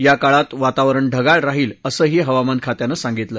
या काळात वातावरण ढगाळ राहील असंही हवामानखात्यानं सांगितलं